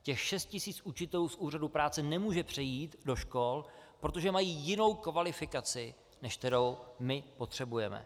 Těch šest tisíc učitelů z úřadu práce nemůže přejít do škol, protože mají jinou kvalifikaci, než kterou my potřebujeme.